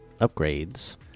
Upgrades